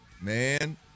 Man